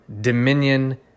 Dominion